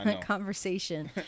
conversation